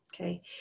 okay